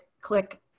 click